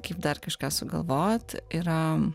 kaip dar kažką sugalvot yra